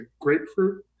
grapefruit